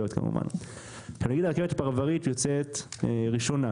נגיד והרכבת הפרברית יוצאת ראשונה